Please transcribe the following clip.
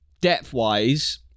depth-wise